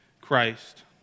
Christ